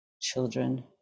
children